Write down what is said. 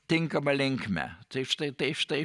tinkama linkme tai štai tai štai